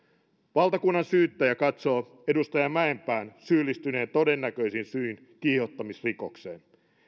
valtakunnansyyttäjä katsoo edustaja mäenpään syyllistyneen todennäköisin syin kiihottamisrikokseen